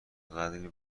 قدری